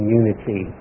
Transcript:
unity